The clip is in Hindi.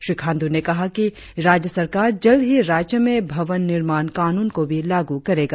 श्री खांडू ने कहा राज्य सरकार जल्द ही राज्य में भवन निर्माण कानून को भी लागू करेगा